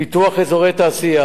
פיתוח אזורי תעשייה,